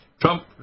Trump